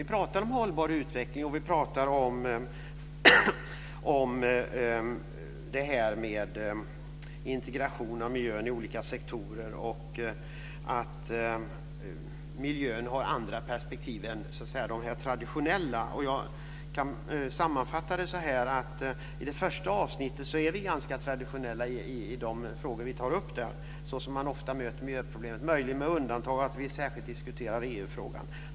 Vi talar om hållbar utveckling, integration av miljön i olika sektorer och att miljön har andra perspektiv än de traditionella. Jag kan sammanfatta det med att vi i det första avsnittet är ganska traditionella i de frågor vi tar upp. Det är såsom man ofta möter miljöproblemet, möjligen med undantag av att vi särskilt diskuterar EU-frågan.